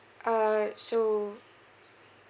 uh so